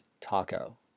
taco